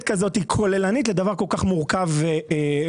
כזאת כוללנית לדבר כל כך מורכב וחשוב.